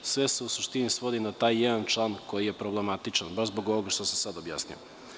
Sve se u suštini svodi na taj jedan član koji je problematičan, baš zbog ovoga što sam sada objasnio.